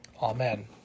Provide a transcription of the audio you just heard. Amen